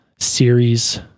series